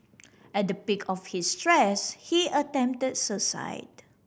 at the peak of his stress he attempt suicide